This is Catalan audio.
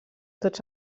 tots